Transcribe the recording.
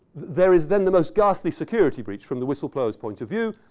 there is then the most ghastly security breach from the whistle blower's point of view,